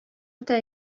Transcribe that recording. ята